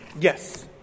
Yes